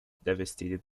devastated